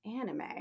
Anime